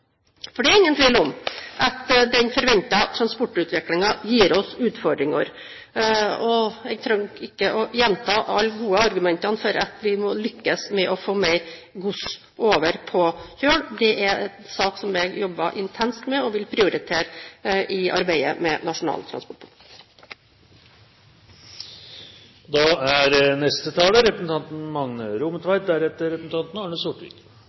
gir oss utfordringer. Jeg trenger ikke gjenta alle de gode argumentene for at vi må lykkes med å få mer gods over på kjøl. Det er en sak som jeg jobber intenst med og vil prioritere i arbeidet med Nasjonal transportplan. Interpellanten ynskjer å styrkja sjøtransporten si konkurranseevne innanfor transport av gods. Det er